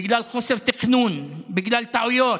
בגלל חוסר תכנון, בגלל טעויות.